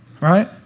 Right